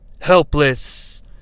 helpless